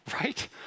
Right